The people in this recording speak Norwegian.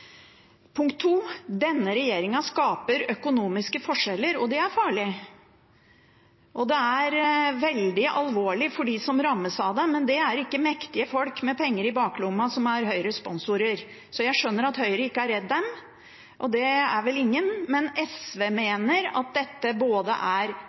Punkt to: Denne regjeringen skaper økonomiske forskjeller, og det er farlig. Det er veldig alvorlig for dem som rammes av det, men det er ikke mektige folk med penger i baklomma, som Høyres sponsorer. Jeg skjønner at Høyre ikke er redd dem ? det er vel ingen ? men SV mener at dette er